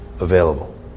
available